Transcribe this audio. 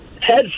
head